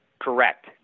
Correct